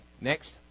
Next